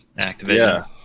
Activision